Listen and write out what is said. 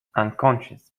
unconscious